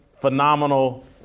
phenomenal